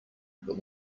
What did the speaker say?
but